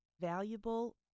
valuable